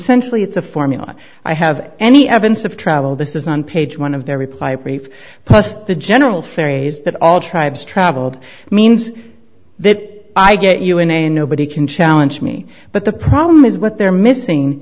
sensibly it's a formula i have any evidence of travel this is on page one of their reply brief plus the general ferries that all tribes travelled means that i get you in a nobody can challenge me but the problem is what they're missing